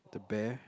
the bear